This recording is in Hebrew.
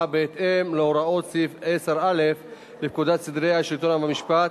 בהתאם להוראות סעיף 10א לפקודת סדרי השלטון והמשפט,